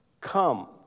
come